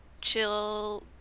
chill